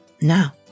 Now